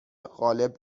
غالب